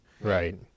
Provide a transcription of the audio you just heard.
Right